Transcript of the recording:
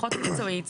פחות מקצועית.